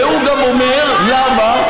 והוא גם אומר למה.